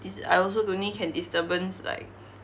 this I also only can disturbance like